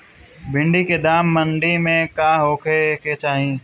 भिन्डी के दाम मंडी मे का होखे के चाही?